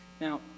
Now